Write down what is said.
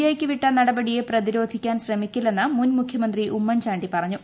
ഐയ്ക്ക് വിട്ട നടപടിയെ പ്രതിരോധിക്കാൻ ശ്രമിക്കില്ലെന്ന് മുൻ മുഖ്യമന്ത്രി ഉമ്മൻചാണ്ടി പറഞ്ഞു